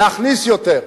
להכניס יותר,